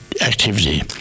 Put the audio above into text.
activity